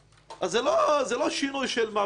אז זה לא שינוי של מה בכך.